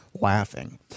laughing